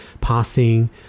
passing